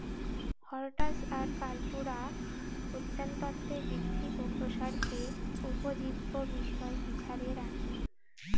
হরটাস আর কাল্টুরা উদ্যানতত্বের বৃদ্ধি ও প্রসারকে উপজীব্য বিষয় হিছাবে রাখি